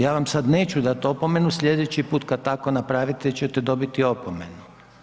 Ja vam sad neću dati opomenu, sljedeći put kad tako napravite ćete dobiti opomenu.